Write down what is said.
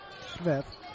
Smith